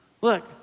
Look